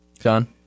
John